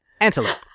Antelope